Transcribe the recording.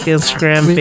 Instagram